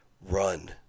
run